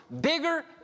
Bigger